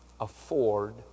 afford